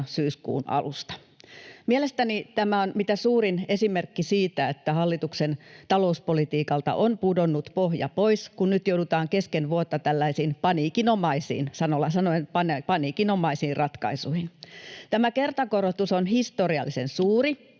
syyskuun alusta. Mielestäni tämä on mitä suurin esimerkki siitä, että hallituksen talouspolitiikalta on pudonnut pohja pois, kun nyt joudutaan kesken vuotta tällaisiin paniikinomaisiin, sanalla sanoen paniikinomaisiin, ratkaisuihin. Tämä kertakorotus on historiallisen suuri,